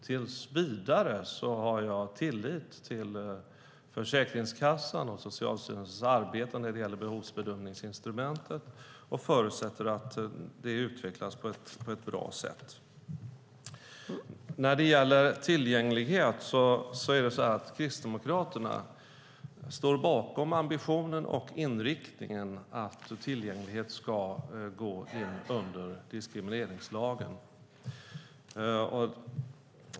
Tills vidare har jag tillit till Försäkringskassans och Socialstyrelsens arbete när det gäller behovsbedömningsinstrumentet och förutsätter att det utvecklas på ett bra sätt. När det gäller tillgänglighet står Kristdemokraterna bakom ambitionen och inriktningen att tillgänglighet ska gå under diskrimineringslagen.